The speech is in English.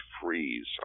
freeze